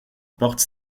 porte